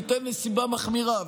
ניתן נסיבה מחמירה.